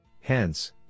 Hence